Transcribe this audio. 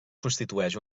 constitueix